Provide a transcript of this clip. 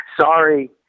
sorry